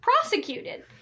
prosecuted